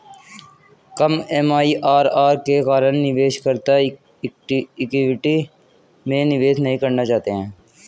कम MIRR के कारण निवेशकर्ता इक्विटी में निवेश नहीं करना चाहते हैं